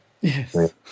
Yes